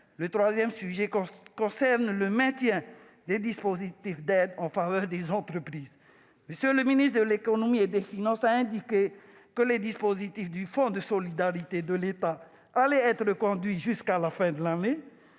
le troisième sujet concerne le maintien des dispositifs d'aide en faveur des entreprises. M. le ministre de l'économie et des finances a annoncé que les dispositifs du fonds de solidarité de l'État seraient reconduits jusqu'à la fin de l'année.